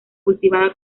cultivada